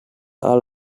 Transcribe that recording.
are